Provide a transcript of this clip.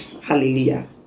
Hallelujah